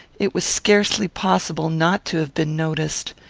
it was scarcely possible not to have been noticed.